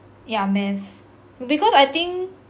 yeah math because I think